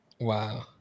Wow